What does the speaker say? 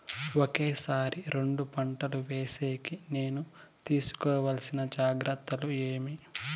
ఒకే సారి రెండు పంటలు వేసేకి నేను తీసుకోవాల్సిన జాగ్రత్తలు ఏమి?